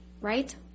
right